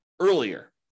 earlier